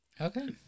okay